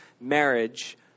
marriage